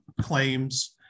claims